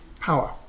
power